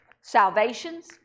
salvations